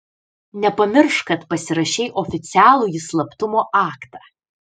nepamiršk kad pasirašei oficialųjį slaptumo aktą